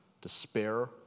despair